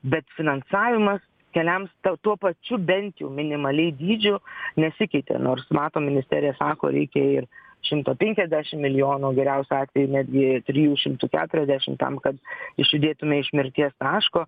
bet finansavimas keliams ta tuo pačiu bent jau minimaliai dydžiu nesikeitė nors matom ministerija sako reikia ir šimto penkiasdešim milijonų o geriausiu atveju netgi trijų šimtų keturiasdešim tam kad išjudėtume iš mirties taško